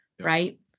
right